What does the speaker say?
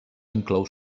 inclou